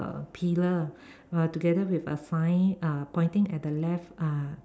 uh pillar uh together with a sigh uh pointing at the left uh